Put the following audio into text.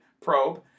probe